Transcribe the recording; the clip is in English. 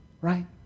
right